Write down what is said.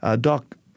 Doc